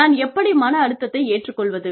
நான் எப்படி மன அழுத்தத்தை ஏற்றுக் கொள்வது